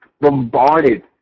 bombarded